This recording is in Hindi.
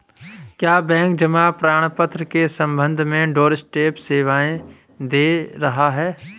क्या बैंक जमा प्रमाण पत्र के संबंध में डोरस्टेप सेवाएं दे रहा है?